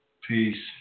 peace